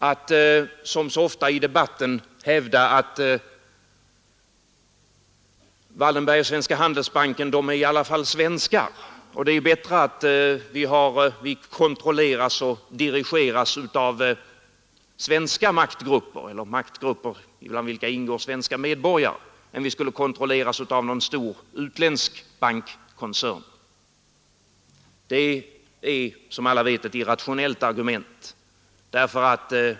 Att som så ofta i debatten hävda att Wallenberg och Svenska handelsbanken i alla fall är svenskar och att det är bättre att kontrolleras och dirigeras av svenska maktgrupper, eller maktgrupper i vilka ingår svenska medborgare, än av någon stor utländsk bankkoncern, det är som alla vet ett irrationellt argument.